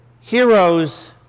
heroes